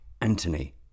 Antony